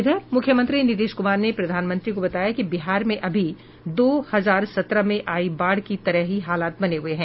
इधर मुख्यमंत्री नीतीश कुमार ने प्रधानमंत्री को बताया कि बिहार में अभी दो हजार सत्रह में आयी बाढ़ की तरह हालात बने हुए हैं